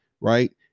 Right